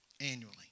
annually